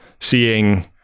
seeing